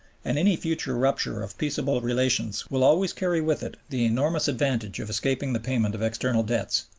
and any future rupture of peaceable relations will always carry with it the enormous advantage of escaping the payment of external debts,